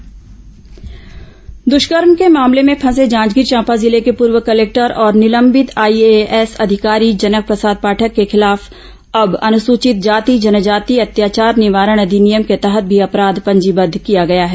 पूर्व कलेक्टर कार्रवाई दुष्कर्म के मामले में फंसे जांजगीर चांपा जिले के पूर्व कलेक्टर और निलंबित आईएएस अधिकारी जनक प्रसाद पाठक के खिलाफ अब अनुसूचित जाति जनजाति अत्याचार निवारण अधिनियम के तहत भी अपराध पंजीबद्ध किया गया है